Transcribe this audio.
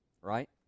right